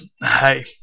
hey